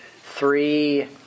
three